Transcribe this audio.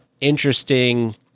interesting